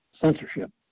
censorship